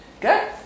Good